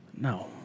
No